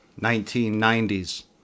1990s